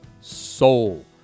soul